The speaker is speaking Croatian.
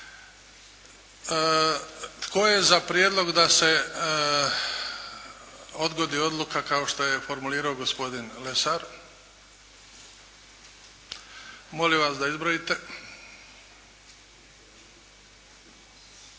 Tko je za prijedlog da se odgodi odluka kao što je formulirao gospodin Lesar? Molim vas da izbrojite.